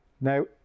now